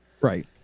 right